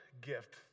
gift